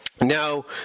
Now